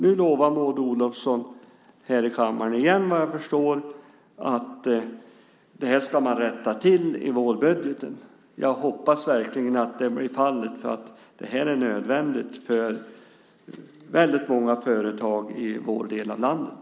Nu lovar Maud Olofsson här i kammaren igen, vad jag förstår, att man ska rätta till det här i vårbudgeten. Jag hoppas verkligen att det blir fallet, för det här är nödvändigt för väldigt många företag i vår del av landet.